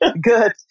Good